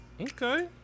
Okay